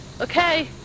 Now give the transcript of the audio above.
Okay